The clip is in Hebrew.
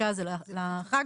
השי לחג,